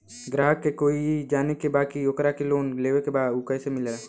ग्राहक के ई जाने के बा की ओकरा के लोन लेवे के बा ऊ कैसे मिलेला?